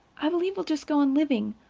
i believe we'll just go on living,